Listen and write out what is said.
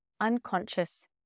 unconscious